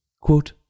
Quote